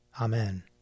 Amen